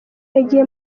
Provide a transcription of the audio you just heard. yagiye